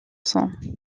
sang